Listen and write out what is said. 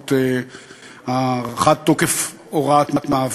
באמצעות הארכת תוקף הוראת המעבר.